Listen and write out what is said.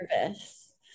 nervous